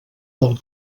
del